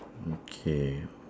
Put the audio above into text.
mm okay